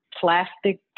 plastic